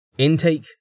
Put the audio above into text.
Intake